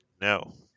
no